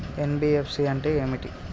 NBFC అంటే ఏమిటి?